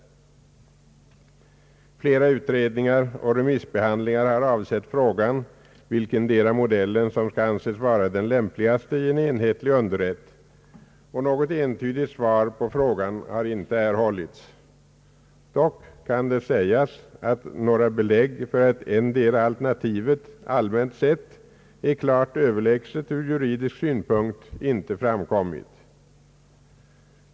Flera utredningar och remissbehandlingar har avsett frågan vilkendera modellen som skall anses vara den lämpligaste i en enhetlig underrätt. Något entydigt svar på frågan har inte erhållits. Dock kan det sägas att några belägg för att ettdera alternativet allmänt sett är klart överlägset ur juridisk synpunkt inte framkommit.